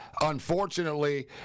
unfortunately